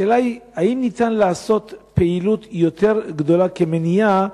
השאלה היא אם ניתן לעשות פעילות יותר גדולה כמניעה,